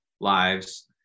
lives